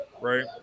Right